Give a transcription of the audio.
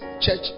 church